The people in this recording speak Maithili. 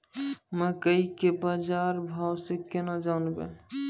मकई के की बाजार भाव से केना जानवे?